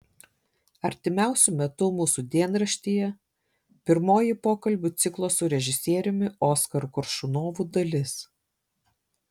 artimiausiu metu mūsų dienraštyje pirmoji pokalbių ciklo su režisieriumi oskaru koršunovu dalis